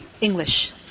English